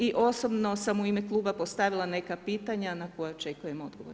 I osobno sam u ime kluba postavila neka pitanja na koja očekujem odgovore.